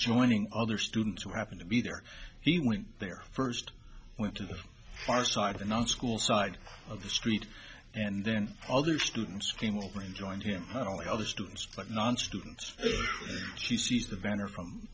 joining other students who happened to be there he went there first went to the far side of the non school side of the street and then other students came over and joined him only other students but non students he sees the vendor from